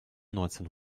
neunzehn